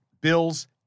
Bill's